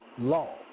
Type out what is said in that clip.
Law